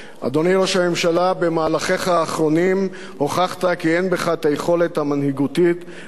במהלכיך האחרונים הוכחת כי אין בך היכולת המנהיגותית הנדרשת בעת הזאת.